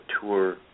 tour